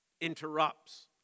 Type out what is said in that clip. interrupts